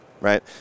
Right